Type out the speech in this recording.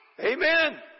Amen